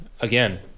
Again